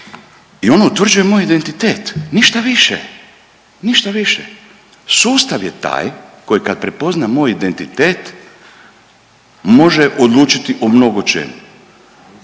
i ono utvrđuje moj identitet ništa više, ništa više. Sustav je taj koji kad prepozna moj identitet može odlučiti o mnogo čemu